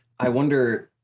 i wonder,